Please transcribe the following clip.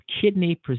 kidney